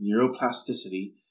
neuroplasticity